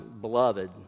beloved